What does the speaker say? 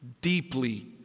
deeply